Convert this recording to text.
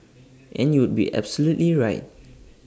and you would be absolutely right